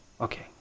okay